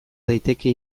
daiteke